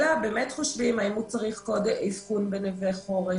אלא חושבים אם הוא צריך אבחון ב"נווה חורש",